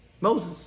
Moses